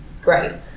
great